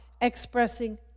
expressing